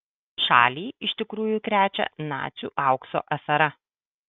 šalį iš tikrųjų krečia nacių aukso afera